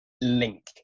link